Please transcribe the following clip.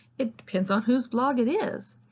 it depends on whose blog it is.